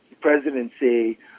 presidency